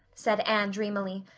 said anne dreamily.